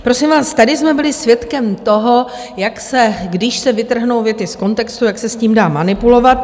Prosím vás, tady jsme byli svědkem toho, jak když se vytrhnou věci z kontextu, jak se s tím dá manipulovat.